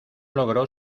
logró